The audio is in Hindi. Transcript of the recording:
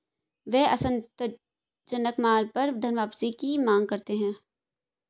वे असंतोषजनक माल पर धनवापसी की मांग करते हैं